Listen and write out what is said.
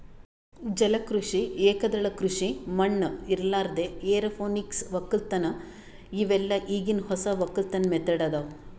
ಜಲ ಕೃಷಿ, ಏಕದಳ ಕೃಷಿ ಮಣ್ಣ ಇರಲಾರ್ದೆ ಎರೋಪೋನಿಕ್ ವಕ್ಕಲತನ್ ಇವೆಲ್ಲ ಈಗಿನ್ ಹೊಸ ವಕ್ಕಲತನ್ ಮೆಥಡ್ ಅದಾವ್